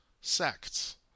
sects